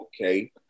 okay